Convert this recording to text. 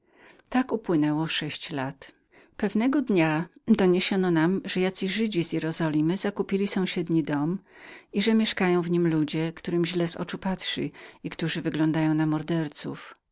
tak upłynęło sześć lat pewnego dnia doniesiono nam że jacyś żydzi z jerozolimy zakupili sąsiedni dom i że koło naszego schronienia snuło się mnóstwo ludzi którym źle z oczu patrzyło i którzy wyglądali na